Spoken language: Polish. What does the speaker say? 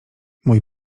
mój